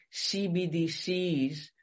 CBDCs